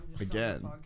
again